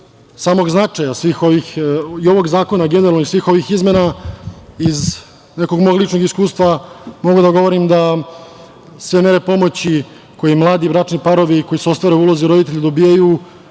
samog značaja i ovog zakona i svih ovih izmena, iz nekog mog ličnog iskustva mogu da kažem da se mere pomoći koju mladi bračni parovi koji se ostvare u ulozi roditelja dobijaju